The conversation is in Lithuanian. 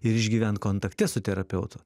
ir išgyvent kontakte su terapeutu